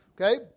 okay